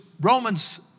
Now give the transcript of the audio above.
Romans